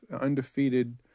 undefeated